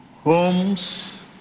homes